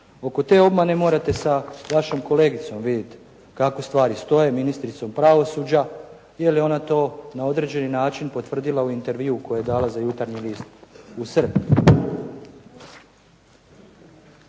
Oko te obmane morate sa vašom kolegicom vidjeti kako stvari stoje, ministricom pravosuđa, jer je ona to na određeni način potvrdila u intervjuu koji je dala za „Jutarnji list“ u srpnju.